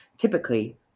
Typically